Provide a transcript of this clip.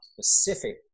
specific